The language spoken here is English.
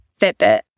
Fitbit